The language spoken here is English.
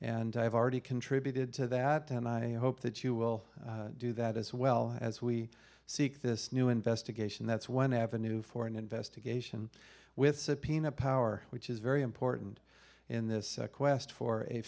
and i have already contributed to that and i hope that you will do that as well as we seek this new investigation that's one avenue for an investigation with subpoena power which is very important in this quest for a